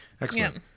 Excellent